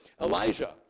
Elijah